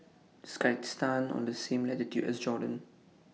IS Kyrgyzstan on The same latitude as Jordan